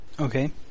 Okay